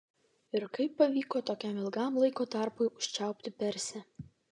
ir kaip pavyko tokiam ilgam laiko tarpui užčiaupti persę